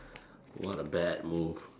what a bad move